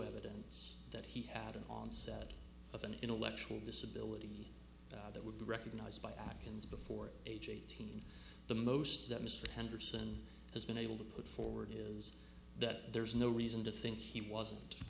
evidence that he had an onset of an intellectual disability that would be recognized by actions before age eighteen the most that mr henderson has been able to put forward is that there's no reason to think he wasn't